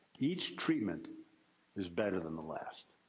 each treatment is better than the last.